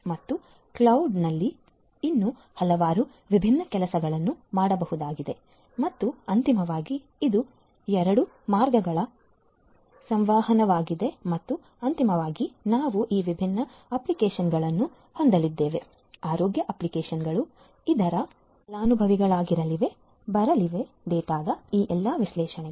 ಮತ್ತು ಕ್ಲೌಡ್ನಲ್ಲಿ ಇನ್ನೂ ಹಲವಾರು ವಿಭಿನ್ನ ಕೆಲಸಗಳನ್ನು ಮಾಡಬಹುದಾಗಿದೆ ಮತ್ತು ಅಂತಿಮವಾಗಿ ಇದು ಎರಡು ಮಾರ್ಗಗಳ ಸಂವಹನವಾಗಿದೆ ಮತ್ತು ಅಂತಿಮವಾಗಿ ನಾವು ಈ ವಿಭಿನ್ನ ಅಪ್ಲಿಕೇಶನ್ಗಳನ್ನು ಹೊಂದಲಿದ್ದೇವೆ ಆರೋಗ್ಯ ಅಪ್ಲಿಕೇಶನ್ಗಳು ಇದರ ಫಲಾನುಭವಿಗಳಾಗಿರಲಿವೆ ಬರಲಿರುವ ಡೇಟಾದ ಈ ಎಲ್ಲಾ ವಿಶ್ಲೇಷಣೆಗಳು